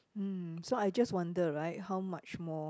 mm so I just wonder right how much more